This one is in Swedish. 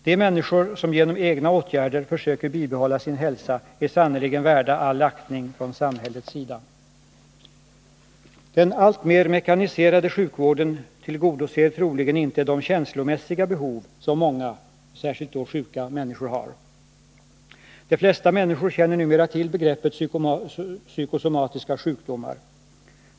De människor som, genom egna åtgärder, försöker bibehålla sin hälsa är sannerligen värda all aktning från samhällets sida. Den alltmer mekaniserade sjukvården tillgodoser troligen inte de känslomässiga behov som många — särskilt då sjuka — människor har. De flesta människor känner numera till begreppet psykosomatiska sjukdomar.